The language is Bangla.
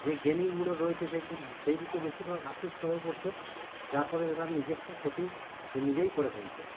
যে গেমিংগুলো রয়েছে সেই সেই দিকে বেশিরভাগ আকৃষ্ট হয়ে পড়ছে যার ফলে তার নিজেস্ব ক্ষতি সে নিজেই করে ফেলছে